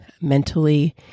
mentally